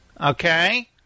Okay